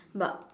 but